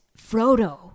Frodo